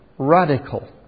Radical